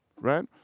right